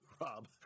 Rob